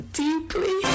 deeply